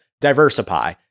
diversify